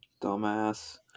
Dumbass